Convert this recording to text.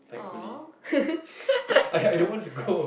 !aww!